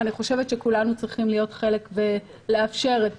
אני חושבת שכולנו צריכים להיות חלק ולאפשר את